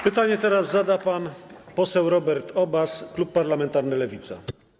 Pytanie teraz zada pan poseł Robert Obaz, klub parlamentarny Lewica.